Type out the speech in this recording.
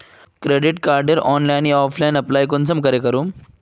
Credit कार्डेर online या offline apply कुंसम करे करूम?